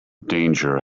danger